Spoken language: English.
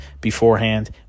beforehand